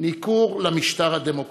ניכור כלפי המשטר הדמוקרטי.